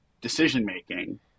decision-making